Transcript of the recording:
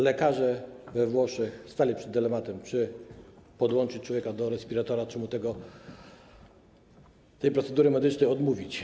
Lekarze we Włoszech stali przed dylematem, czy podłączyć człowieka do respiratora, czy mu tej procedury medycznej odmówić.